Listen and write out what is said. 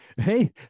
Hey